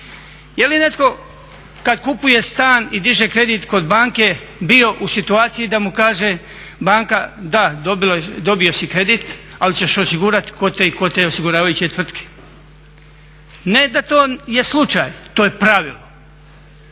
Je li netko kad kupuje stan i diže kredit kod banke bio u situaciji da mu kaže banka da, dobio si kredit ali ćeš osigurati kod te i te osiguravajuće tvrtke? Ne da to je slučaj, to je pravilo.